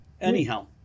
Anyhow